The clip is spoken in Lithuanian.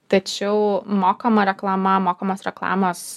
tačiau mokama reklama mokamos reklamos